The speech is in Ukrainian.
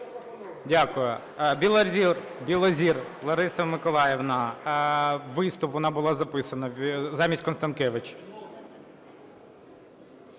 Дякую. Білозір Лариса Миколаївна, виступ. Вона була записана замість Констанкевич.